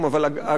אבל אגב,